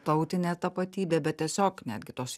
tautinė tapatybė bet tiesiog netgi tos